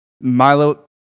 Milo